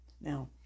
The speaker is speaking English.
Now